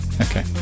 Okay